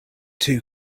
two